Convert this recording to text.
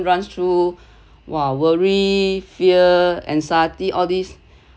runs through !wah! worry fear anxiety all these